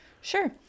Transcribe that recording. sure